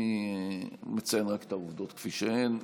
אני מציין רק את העובדות כפי שהן,